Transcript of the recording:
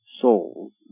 souls